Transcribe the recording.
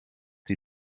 die